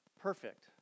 perfect